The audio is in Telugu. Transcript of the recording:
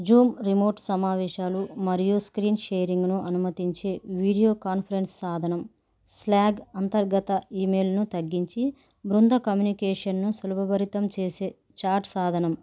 జూమ్ రిమోట్ సమావేశాలు మరియు స్క్రీన్ షేరింగ్ను అనుమతించే వీడియో కాన్ఫరెన్స్ సాధనం స్లాక్ అంతర్గత ఇమెయిల్ను తగ్గించి బృంద కమ్యూనికేషన్ను సులభభరితం చేసే చాట్ సాధనం